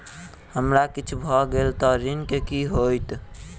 हमरा किछ भऽ गेल तऽ ऋण केँ की होइत?